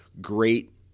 great